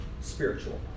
spiritual